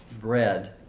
bread